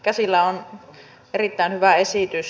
käsillä on erittäin hyvä esitys